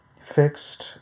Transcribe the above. fixed